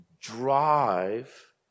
drive